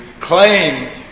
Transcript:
claim